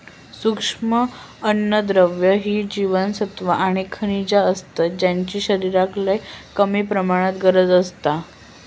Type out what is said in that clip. सूक्ष्म अन्नद्रव्य ही जीवनसत्वा आणि खनिजा असतत ज्यांची शरीराक लय कमी प्रमाणात गरज असता